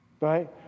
Right